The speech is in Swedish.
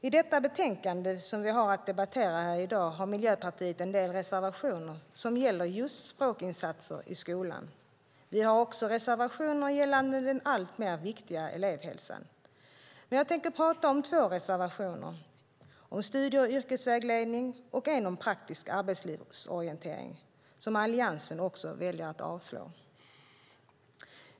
I det betänkande som vi har att debattera i dag har Miljöpartiet en del reservationer som gäller just språkinsatser i skolan. Vi har också reservationer gällande den allt viktigare elevhälsan. Men jag tänkte prata om två reservationer, en om studie och yrkesvägledning och en om praktisk arbetslivsorientering som Alliansen också väljer att avslå.